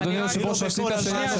שנייה,